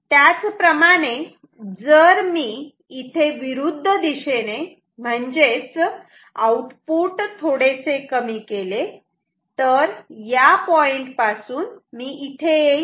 त्याचप्रमाणे जर मी इथे विरुद्ध दिशेने म्हणजेच आउटपुट थोडेसे कमी केले तर या पॉईंटपासून मी इथे येईल